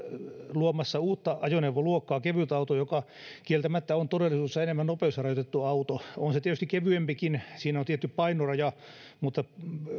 luomassa uutta ajoneuvoluokkaa kevytauto joka kieltämättä on todellisuudessa enemmän nopeusrajoitettu auto on se tietysti kevyempikin siinä on tietty painoraja mutta